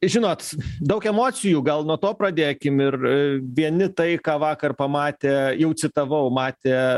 žinot daug emocijų gal nuo to pradėkim ir vieni tai ką vakar pamatė jau citavau matė